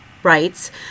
rights